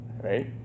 right